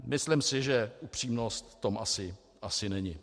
Myslím si, že upřímnost v tom asi není.